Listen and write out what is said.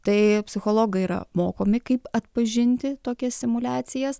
tai psichologai yra mokomi kaip atpažinti tokias simuliacijas